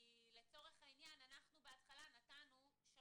יש לך הבדל כי החוק עצמו,